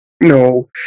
No